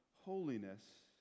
holiness